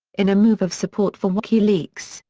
in a move of support for wikileaks,